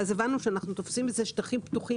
ואז הבנו שאנחנו תופסים בזה שטחים פתוחים